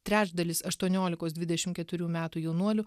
trečdalis aštuoniolikos dvidešim keturių metų jaunuolių